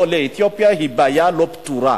לעולי אתיופיה היא בעיה לא פתורה,